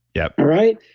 yep all right.